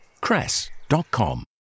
cress.com